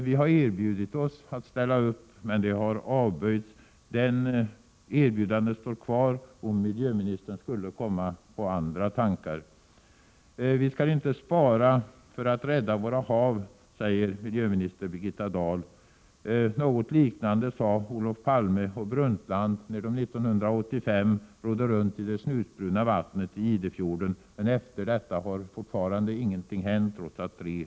Vi har erbjudit oss att ställa upp, men det har avböjts. Erbjudandet står emellertid kvar, om miljöministern skulle komma på andra tankar. Vi skall inte spara för att rädda våra hav, säger Birgitta Dahl. Något liknande sade Olof Palme och Gro Harlem Brundtland när de 1985 rodde runt i det snusbruna vattnet i Idefjorden. Men efter detta har ingenting hänt, trots att Prot.